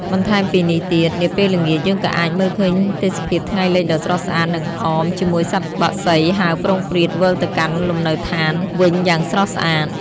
បន្ថែមពីនេះទៀត នាពេលល្ងាចយើងក៏អាចមើលឃើញទេសភាពថ្ងៃលិចដ៏ស្រស់ស្អាតនិងអបជាមួយសត្វបក្សីហើរព្រោងព្រាតវិលទៅកាន់លំនៅឋានវិញយ៉ាងស្រស់ស្អាត។